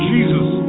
Jesus